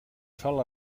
sol